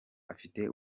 afite